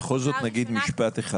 בכל זאת נגיד משפט אחד.